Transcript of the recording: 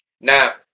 Now